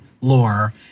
lore